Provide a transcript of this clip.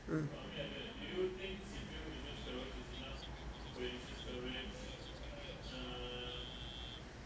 mm